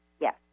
Yes